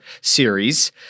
series